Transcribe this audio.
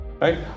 right